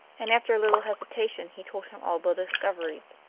and after a little hesitation he told him all the discoveries.